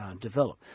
develop